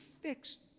fixed